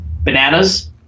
bananas